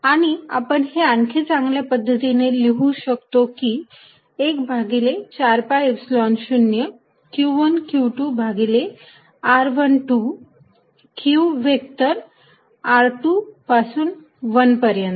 आणि आपण हे आणखी चांगल्या पद्धतीने लिहू शकतो एक भागिले 4 pi Epsilon 0 q1 q2 भागिले r12 q व्हेक्टर r 2 पासून 1 पर्यंत